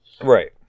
Right